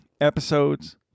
episodes